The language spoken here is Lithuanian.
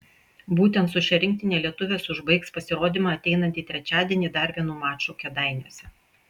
būtent su šia rinktine lietuvės užbaigs pasirodymą ateinantį trečiadienį dar vienu maču kėdainiuose